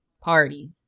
party